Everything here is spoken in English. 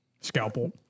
Scalpel